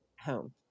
home